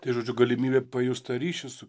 tai žodžiu galimybė pajust tą ryšį su